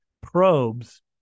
probes